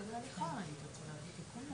בשים לב האם יש ציבור שנפגע כתוצאה